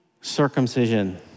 circumcision